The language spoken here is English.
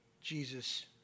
Jesus